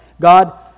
God